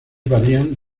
varían